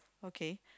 okay